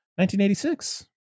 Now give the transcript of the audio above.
1986